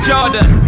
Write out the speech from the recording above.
Jordan